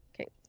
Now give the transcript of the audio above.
Okay